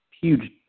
huge